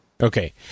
Okay